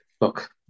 look